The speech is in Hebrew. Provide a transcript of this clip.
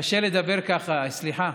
קשה לדבר ככה, סליחה.